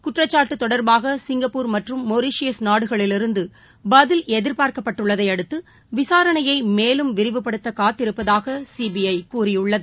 குற்றச்சாட்டுதொடர்பாக Singapore மற்றும் Mauritius நாடுகளிலிருந்தபதில் எதிர்பார்க்கப்பட்டுள்ளதைஅடுத்து விசாரணையைமேலும் விரிவுபடுத்தகாத்திருப்பதாகசிபிஐகூறியுள்ளது